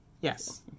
yes